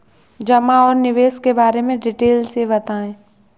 जमा और निवेश के बारे में डिटेल से बताएँ?